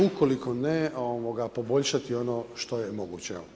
Ukoliko ne, poboljšati ono što je moguće.